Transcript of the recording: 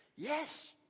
Yes